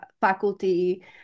faculty